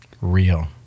real